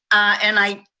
and i,